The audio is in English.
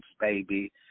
baby